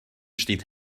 steht